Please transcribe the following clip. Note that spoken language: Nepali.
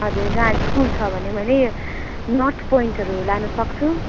हजुर जहाँ स्कुल छ भने मैले नर्थ पोइन्टहरू लानु सक्छु